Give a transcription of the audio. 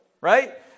right